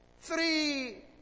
three